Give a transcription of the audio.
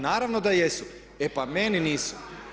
Naravno da jesu, e pa meni nisu.